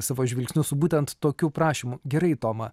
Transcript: savo žvilgsnius būtent tokiu prašymu gerai toma